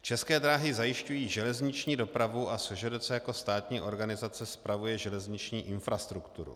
České dráhy zajišťují železniční dopravu a SŽDC jako státní organizace spravuje železniční infrastrukturu.